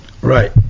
Right